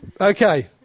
Okay